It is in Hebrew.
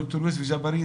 ד"ר יוסף ג'בארין,